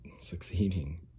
succeeding